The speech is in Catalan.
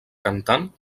cantant